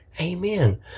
Amen